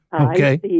Okay